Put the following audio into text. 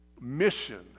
mission